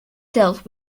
dealt